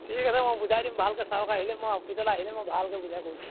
ঠিক আছে মই বুজাই দিম ভালকৈ ছাৰক আহিলে মই অফিচলৈ আহিলে মই ভালকৈ বুজাই কৈ দিম